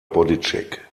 bodycheck